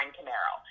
Camaro